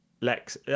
Lex